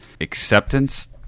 acceptance